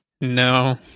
No